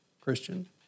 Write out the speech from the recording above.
Christian